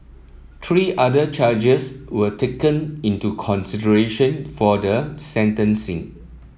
three other charges were taken into consideration for the sentencing